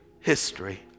History